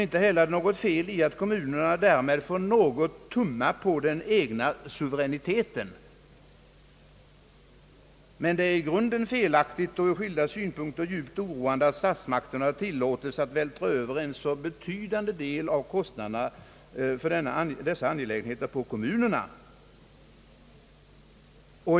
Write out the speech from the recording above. Inte heller är det något fel i att kommunerna därmed får något tumma på den egna suveräniteten. Men det är i grunden felaktigt och ur skilda synpunkter djupt oroande att statsmakterna tillåtes vältra över en så betydande del av kostnaderna för dessa angelägenheter på kommunerna.